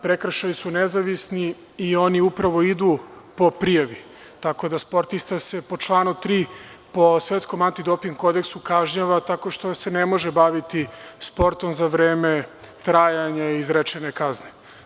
Prekršaji su nezavisni i oni upravo idu po prijavi, tako da se sportista, po članu 3. po Svetskom antidoping kodeksu, kažnjava tako što se ne može baviti sportom za vreme trajanja izrečene kazne.